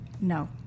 No